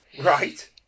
Right